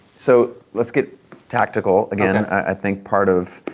so let's get tactical again. i think part of